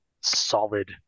solid